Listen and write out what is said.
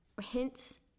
hints